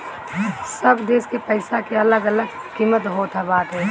सब देस के पईसा के अलग अलग किमत होत बाटे